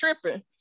tripping